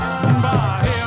Bye